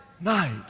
night